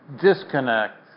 disconnect